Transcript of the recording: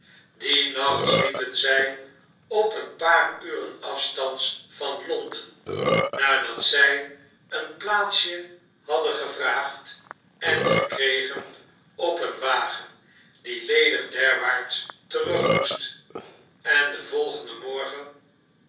dien nacht sliepen zij op een paar uren afstands vanlonden nadat zij een plaatsje hadden gevraagd en gekregen op een wagen die ledig derwaarts terug moest en den volgenden morgen